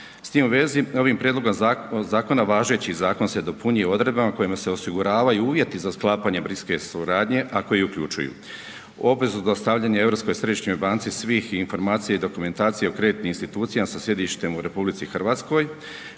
S tim u vezi ovim prijedlogom zakona važeći zakon se dopunjuje u odredbama kojima se osiguravaju uvjeti za sklapanje bliske suradnje, a koji uključuju obvezu dostavljanja Europskoj središnjoj banci svih informacija i dokumentacije o kreditnim institucijama sa sjedištem u RH koje